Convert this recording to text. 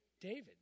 David